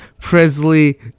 Presley